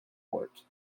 port